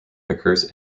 occurs